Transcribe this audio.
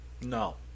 No